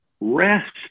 rest